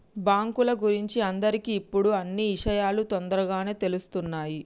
బాంకుల గురించి అందరికి ఇప్పుడు అన్నీ ఇషయాలు తోందరగానే తెలుస్తున్నాయి